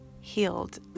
healed